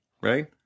right